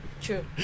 true